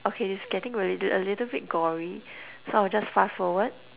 okay is getting really a little bit gory so I'll just fast forward